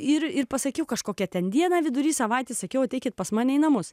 ir pasakiau kažkokia ten dieną vidury savaitės sakiau ateikit pas mane į namus